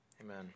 Amen